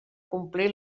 complir